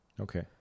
Okay